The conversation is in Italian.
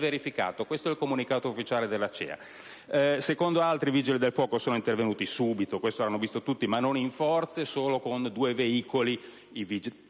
Questo il comunicato ufficiale dell'ACEA. Secondo altri, i Vigili del fuoco sono intervenuti subito, e lo hanno visto tutti, ma non in forze: solo con due veicoli.